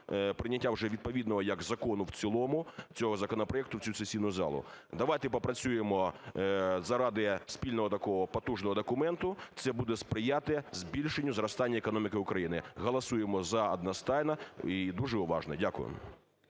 прийняття вже відповідного як закону в цілому цього законопроекту в цю сесійну залу. Давайте попрацюємо заради спільного такого, потужного документу, це буде сприяти збільшенню зростання економіки України. Голосуємо "за" одностайно і дуже уважно. Дякую.